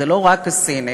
זה לא רק הסינים: